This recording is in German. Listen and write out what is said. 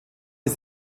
ist